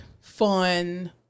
fun